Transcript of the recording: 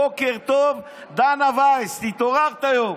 בוקר טוב, דנה ויס, התעוררת היום.